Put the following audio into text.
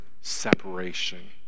separation